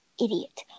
idiot